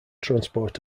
transport